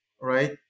Right